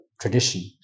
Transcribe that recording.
tradition